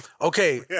okay